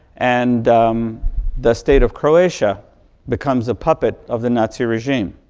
and the state of croatia becomes a puppet of the nazi regime.